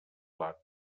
plat